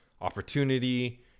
opportunity